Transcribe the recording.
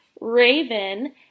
raven